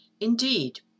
Indeed